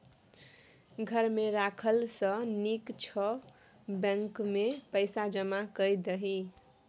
घर मे राखला सँ नीक छौ बैंकेमे पैसा जमा कए दही